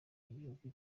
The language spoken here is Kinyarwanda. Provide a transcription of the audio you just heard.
igihugu